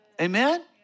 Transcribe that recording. Amen